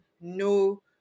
no